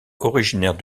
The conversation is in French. originaire